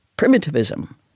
Primitivism